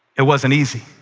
it wasn't easy.